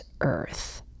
Earth